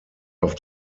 auf